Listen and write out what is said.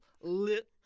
lit